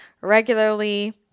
regularly